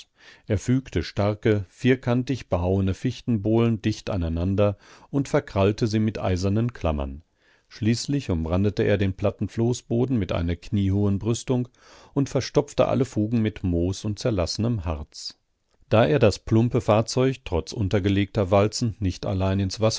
er fügte starke vierkantig behauene fichtenbohlen dicht aneinander und verkrallte sie mit eisernen klammern schließlich umrandete er den platten floßboden mit einer kniehohen brüstung und verstopfte alle fugen mit moos und zerlassenem harz da er das plumpe fahrzeug trotz untergelegter walzen nicht allein